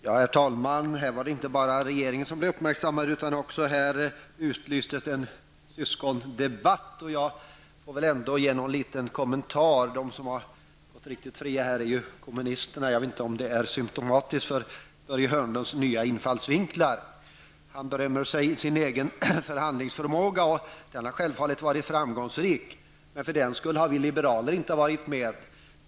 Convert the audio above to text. Herr talman! Här var det inte bara regeringen som blev uppmärksammad utan här utlystes också en syskondebatt. Jag får väl ändå ge en liten kommentar. De som gått riktigt fria här är väl kommunisterna. Jag vet inte om det är symptomatiskt för Börje Hörnlunds nya infallsvinklar. Han började med att tala om sin egen förhandlingsförmåga. Den han självfallet varit framgångsrik, men för den skull har vi liberaler inte varit med.